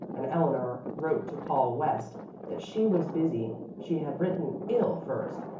and eleanor wrote to paul west that she was busy she had written ill first,